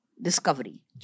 Discovery